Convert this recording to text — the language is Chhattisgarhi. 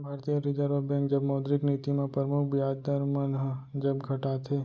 भारतीय रिर्जव बेंक जब मौद्रिक नीति म परमुख बियाज दर मन ह जब घटाथे